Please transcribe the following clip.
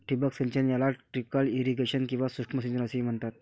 ठिबक सिंचन याला ट्रिकल इरिगेशन किंवा सूक्ष्म सिंचन असेही म्हणतात